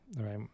Right